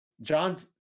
John's